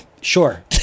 Sure